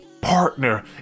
partner